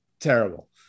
Terrible